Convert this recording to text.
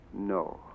No